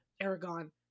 aragon